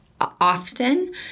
often